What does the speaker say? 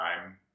time